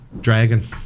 Dragon